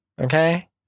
Okay